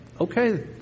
Okay